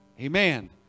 Amen